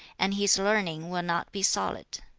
and his learning will not be solid.